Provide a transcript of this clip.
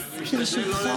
אז ברשותך,